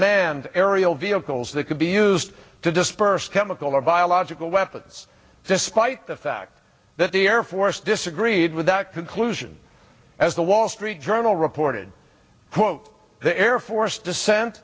manned aerial vehicles that could be used to disperse chemical or biological weapons despite the fact that the air force disagreed with that conclusion as the wall street journal reported quote the air force dissent